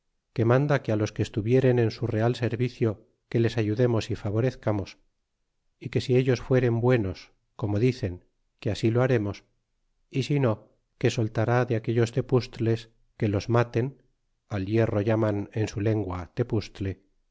que manda que á los que estuvieren en su real servicio que les ayudemos y favorezcamos é que si ellos fueren buenos como dicen que así lo haremos y si no que soltará de aquellos tepustles que los maten al hierro llaman en su lengua tepustle